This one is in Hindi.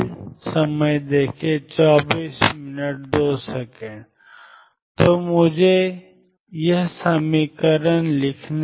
तो मुझे समीकरण माइनस iℏ∂ψ∂t 22m2x2Vx लिखने दें